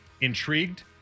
intrigued